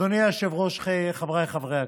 אדוני היושב-ראש, חבריי חברי הכנסת,